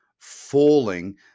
Falling